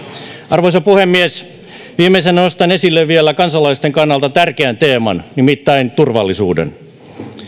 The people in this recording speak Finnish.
arvoisa puhemies viimeisenä nostan esille vielä kansalaisten kannalta tärkeän teeman nimittäin turvallisuuden